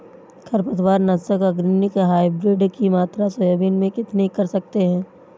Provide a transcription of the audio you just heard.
खरपतवार नाशक organic hybrid की मात्रा सोयाबीन में कितनी कर सकते हैं?